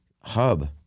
hub